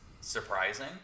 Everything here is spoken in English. surprising